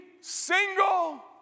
single